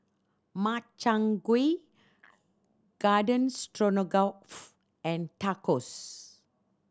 Makchang Gui Garden Stroganoff and Tacos